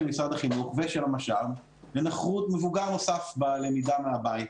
משרד החינוך ושל המרכז לשלטון מקומי לנוכחות מבוגר נוסף בלמידה מהבית.